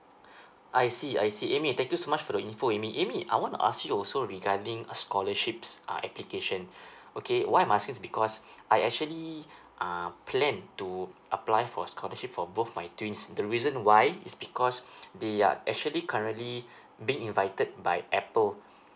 I see I see amy thank you so much for the info amy amy I wanna ask you also regarding a scholarship uh application okay why I'm asking is because I actually uh plan to apply for scholarships for both my twins the reason why is because they are actually currently being invited by apple